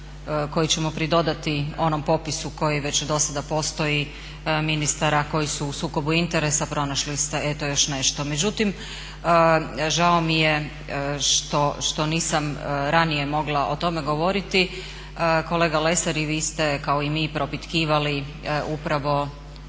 koji ćemo pridodati onom popisu koji već dosada postoji ministara koji su u sukobu interesa, pronašli ste eto još nešto. Međutim, žao mi je što nisam ranije mogla o tome govoriti, kolega Lesar i vi ste kao i mi propitkivali upravo